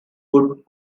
would